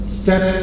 step